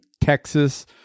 Texas